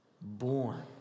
born